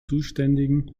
zuständigen